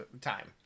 time